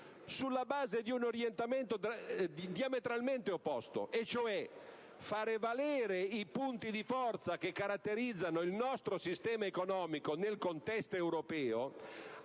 sulla base di un orientamento diametralmente opposto, cioè far valere i punti di forza che caratterizzano il nostro sistema economico nel contesto europeo